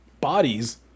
Bodies